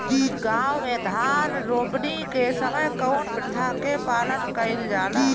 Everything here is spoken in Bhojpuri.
गाँव मे धान रोपनी के समय कउन प्रथा के पालन कइल जाला?